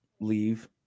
leave